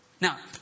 Now